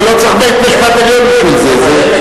ולא צריך בית-משפט עליון בשביל זה,